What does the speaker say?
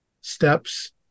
steps